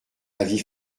avis